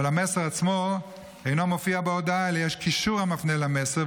אבל המסר עצמו אינו מופיע בהודעה אלא יש קישור שמפנה למסר,